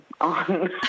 on